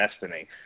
destiny